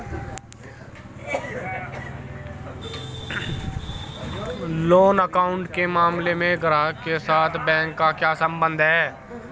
Loan account के मामले में ग्राहक के साथ बैंक का क्या संबंध है?